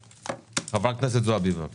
חברת הכנסת זועבי, בבקשה.